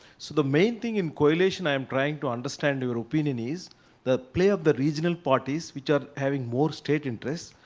so the main thing in coalition i am trying to understand your opinion is the play of the regional parties which are having more state interest.